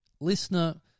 listener